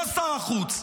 לא שר החוץ,